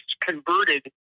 converted